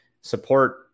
support